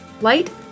Light